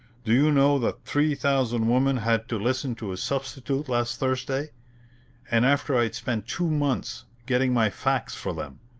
do you know that three thousand women had to listen to a substitute last thursday and after i'd spent two months getting my facts for them!